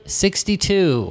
sixty-two